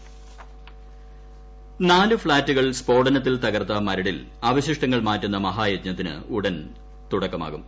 Maradu flat നാല് ഫ്ളാറ്റുകൾ സ്ഫോടനത്തിൽ തകർത്ത മരടിൽ അവശിഷ്ടങ്ങൾ മാറ്റുന്ന മഹായജ്ഞത്തിന് ഉടൻ തുടക്കമാകും